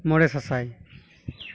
ᱢᱚᱬᱮ ᱥᱟᱥᱟᱭ